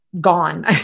gone